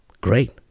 Great